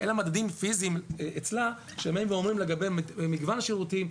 ואין לה מדדים פיזיים אצלה לגבי מגוון השירותים,